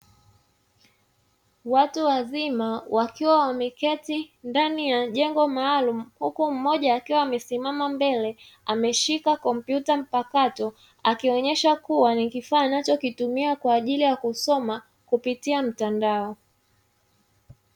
Watu wazima wakiwa wameketi ndani ya jengo maalumu huku mmoja, akiwa amesimama mbele ameshika kompyuta mpakato. Akionyesha kuwa ni kifaa anachokitumia kwa ajili ya kusoma kupitia mtandao.